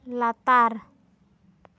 ᱞᱟᱛᱟᱨ